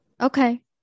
Okay